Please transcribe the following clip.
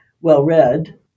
well-read